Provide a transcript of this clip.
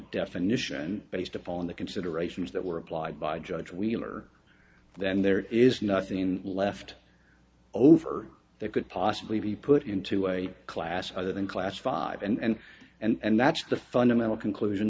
definition based upon the considerations that were applied by judge wheeler then there is nothing left over that could possibly be put into a class other than class five and and that's the fundamental conclusion